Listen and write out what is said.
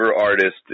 artist